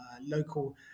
local